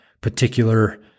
particular